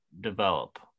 develop